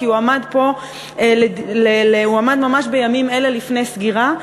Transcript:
כי הוא עמד ממש בימים אלה לפני סגירה.